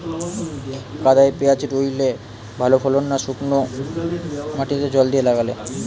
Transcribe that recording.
কাদায় পেঁয়াজ রুইলে ভালো ফলন না শুক্নো মাটিতে জল দিয়ে লাগালে?